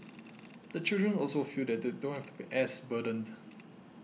the children also feel that they don't have to be as burdened